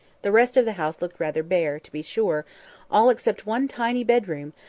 the rest of the house looked rather bare, to be sure all except one tiny bedroom,